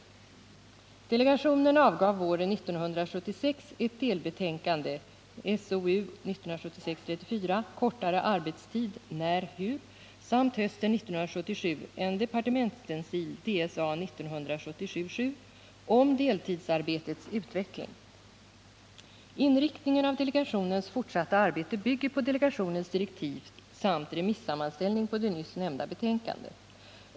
Delegationen avgav våren 1976 ett delbetänkande Kortare arbetstid? När? Hur? samt hösten 1977 en departementsstencil om deltidsarbetets utveckling. Inriktningen av delegationens fortsatta arbete bygger på delegationens direktiv samt remissammanställning på det nyss nämnda betänkandet.